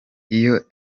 iyo